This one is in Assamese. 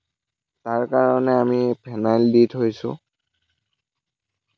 তাৰ কাৰণে আমি ফেনাইল দি থৈছোঁ